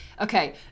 okay